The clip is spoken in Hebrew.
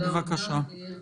בבקשה.